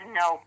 no